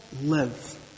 live